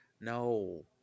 no